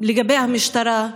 לגבי המשטרה,